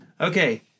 Okay